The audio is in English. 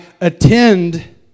attend